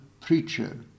preacher